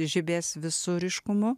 žibės visu ryškumu